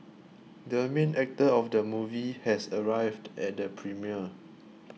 the main actor of the movie has arrived at the premiere